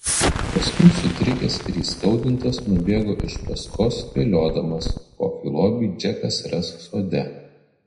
paskui sutrikęs ir įskaudintas nubėgo iš paskos spėliodamas kokį lobį džekas ras sode